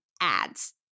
ads